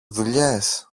δουλειές